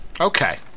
Okay